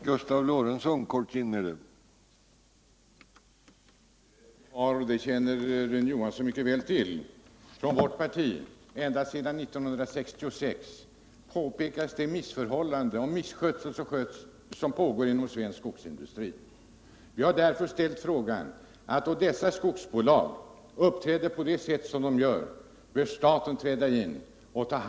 Herr talman! Som Rune Johansson mycket väl känner till har vi från vårt parti ända sedan 1966 pekat på missförhållandena och misskötseln inom svensk skogsindustri. Vi har därför frågat om inte dessa skogsbolag, när de nu uppträder på det sätt som de gör, bör tas om hand av staten.